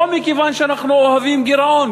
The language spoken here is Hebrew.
לא מכיוון שאנחנו אוהבים גירעון,